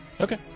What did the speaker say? Okay